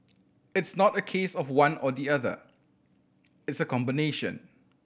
it's not a case of one or the other it's a combination